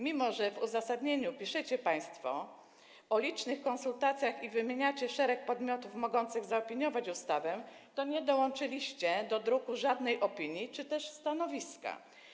Mimo że w uzasadnieniu piszecie państwo o licznych konsultacjach i wymieniacie szereg podmiotów mogących zaopiniować ustawę, to nie dołączyliście do druku żadnej opinii ani żadnego stanowiska.